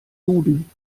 duden